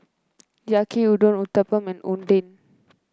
Yaki Udon Uthapam and Oden